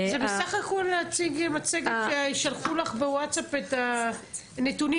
זה בסך הכול להציג מצגת ששלחו לך בווטסאפ את הנתונים.